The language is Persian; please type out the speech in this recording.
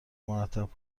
مرتب